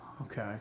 Okay